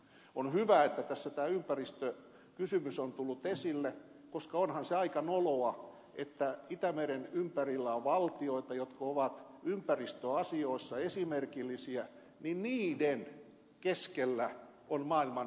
on hyvä että tässä tämä ympäristökysymys on tullut esille koska onhan se aika noloa että itämeren ympärillä on valtioita jotka ovat ympäristöasioissa esimerkillisiä ja niiden keskellä on maailman saastunein meri